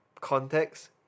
context